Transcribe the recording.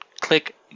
click